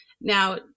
Now